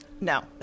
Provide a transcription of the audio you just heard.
No